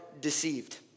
deceived